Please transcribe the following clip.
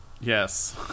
yes